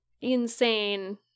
insane